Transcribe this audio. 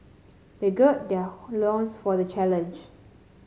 they gird their loins for the challenge